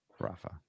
Rafa